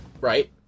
Right